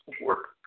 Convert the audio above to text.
work